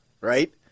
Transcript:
right